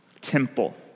temple